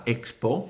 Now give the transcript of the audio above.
Expo